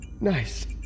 nice